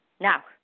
Now